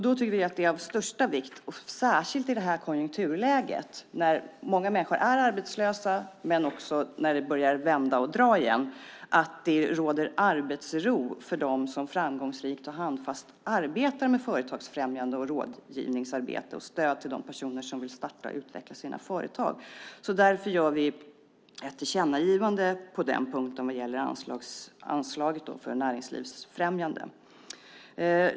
Då tycker vi att det är av största vikt, särskilt i det här konjunkturläget när många människor är arbetslösa men också när det börjar vända och dra igen, att det råder arbetsro för dem som framgångsrikt och handfast arbetar med företagsfrämjande, rådgivningsarbete och stöd till personer som vill starta och utveckla företag. Därför gör vi ett tillkännagivande vad gäller anslaget för näringslivsfrämjande.